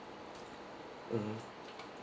mmhmm